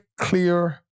clear